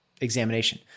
examination